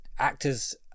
Actors